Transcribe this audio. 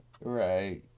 Right